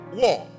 war